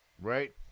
right